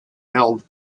held